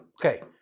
okay